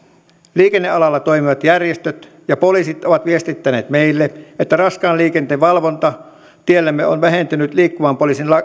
liikennealalla toimivat järjestöt ja poliisit ovat viestittäneet meille että raskaan liikenteen valvonta teillämme on vähentynyt liikkuvan poliisin